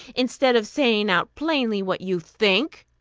instead of saying out plainly what you think.